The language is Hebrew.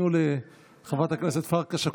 תנו לחברת הכנסת פרקש הכהן,